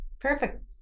Perfect